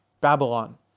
Babylon